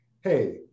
hey